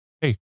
Hey